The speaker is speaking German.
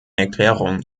erklärung